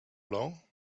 long